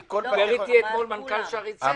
איתי אתמול מנכ"ל שערי צדק.